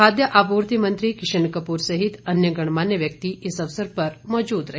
खाद्य आपूर्ति मंत्री किशन कपूर सहित अन्य गणमान्य व्यक्ति इस अवसर पर मौजूद रहे